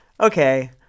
Okay